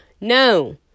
No